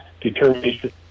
determination